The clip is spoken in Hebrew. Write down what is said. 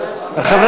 רוצים,